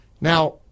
Now